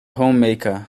homemaker